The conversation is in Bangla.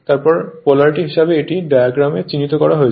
তারপর পোলারিটি হিসাবে এটি ডায়াগ্রামে চিহ্নিত করা হয়েছে